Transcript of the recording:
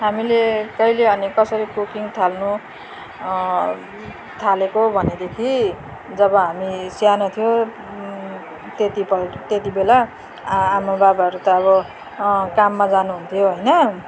हामीले कहिले अनि कसरी कुकिङ थाल्नु थालेको भनेदेखि जब हामी सानो थियौँ त्यतिपल्ट त्यति बेला आ आमा बाबाहरू त अब काममा जानुहुन्थ्यो होइन